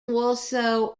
also